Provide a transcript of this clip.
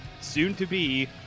soon-to-be